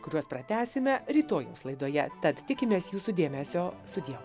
kuriuos pratęsime rytojaus laidoje tad tikimės jūsų dėmesio sudie